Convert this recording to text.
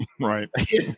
right